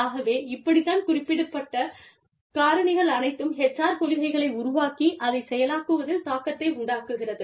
ஆகவே இப்படி தான் குறிப்பிடப்பட்ட காரணிகள் அனைத்தும் HR கொள்கைகளை உருவாக்கி அதைச் செயலாக்குவதில் தாக்கத்தை உண்டாக்குகிறது